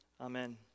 Amen